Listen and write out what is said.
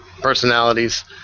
personalities